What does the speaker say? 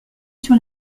sur